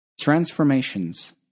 Transformations